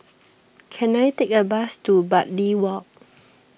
can I take a bus to Bartley Walk